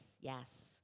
yes